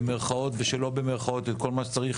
במרכאות או שלא במרכאות את כל מה שצריך